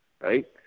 right